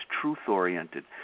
truth-oriented